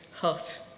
hot